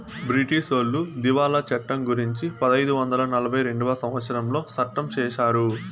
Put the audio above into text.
బ్రిటీసోళ్లు దివాళా చట్టం గురుంచి పదైదు వందల నలభై రెండవ సంవచ్చరంలో సట్టం చేశారు